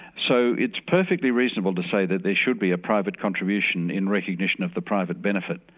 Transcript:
so it's perfectly reasonable to say that there should be a private contribution in recognition of the private benefit,